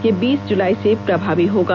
यह बीस जुलाई से प्रभावी होगा